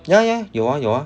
ya ya 有 ah 有 ah